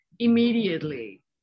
immediately